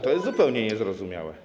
To jest zupełnie niezrozumiałe.